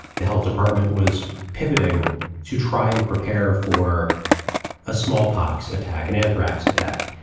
the health department was pivoting to try and prepare for a smallpox attack and anthrax attack.